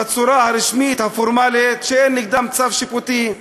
בצורה הרשמית הפורמלית, שאין נגדם צו שיפוטי.